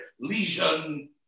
lesion